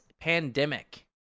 pandemic